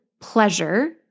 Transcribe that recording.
pleasure